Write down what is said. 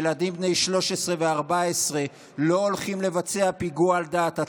ילדים בני 13 ו-14 לא הולכים לבצע פיגוע על דעת עצמם.